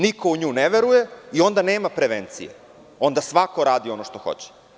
Niko u nju ne veruje i onda nema prevencije, onda svako radi ono što hoće.